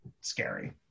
scary